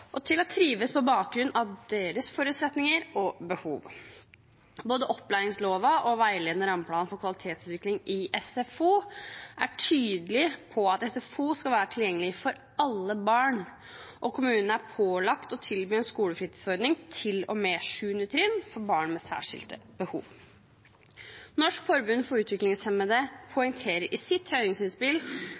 og til å trives på bakgrunn av deres forutsetninger og behov. Både opplæringsloven og veiledende rammeplan for kvalitetsutvikling i SFO er tydelig på at SFO skal være tilgjengelig for alle barn, og kommunene er pålagt å tilby en skolefritidsordning til og med 7. trinn for barn med særskilte behov. Norsk forbund for utviklingshemmede poengterte i sitt høringsinnspill